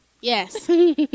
Yes